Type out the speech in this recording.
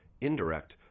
indirect